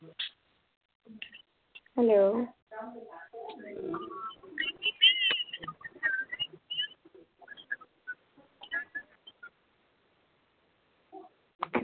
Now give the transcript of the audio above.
hello